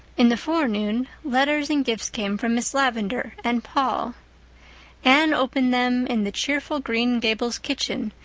in the forenoon letters and gifts came from miss lavendar and paul anne opened them in the cheerful green gables kitchen,